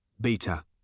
Beta